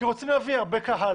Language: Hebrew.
כי רוצים להביא הרבה קהל